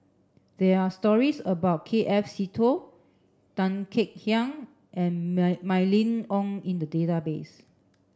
there are stories about K F Seetoh Tan Kek Hiang and Mylene Ong in the database